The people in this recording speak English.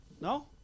No